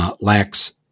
Lacks